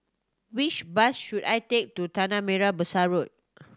which bus should I take to Tanah Merah Besar Road